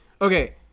Okay